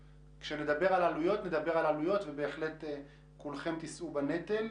וכשנדבר על עלויות נדבר על עלויות וכולכם תישאו בנטל.